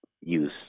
use